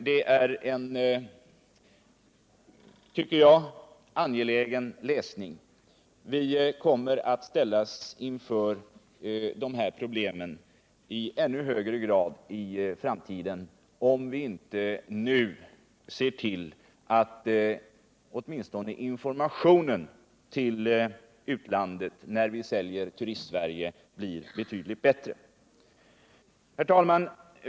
Det är, tycker jag, angelägen läsning. Vi kommer att ställas inför de här problemen i ännu högre grad i framtiden, om vi inte nu ser till att åtminstone informationen till utlandet när vi säljer Turistsverige blir betydligt bättre. Herr talman!